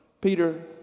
Peter